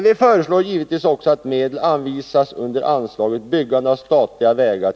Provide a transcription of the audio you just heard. Vi föreslår också att 50 milj.kr. anvisas under anslaget byggande av statliga vägar.